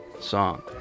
Song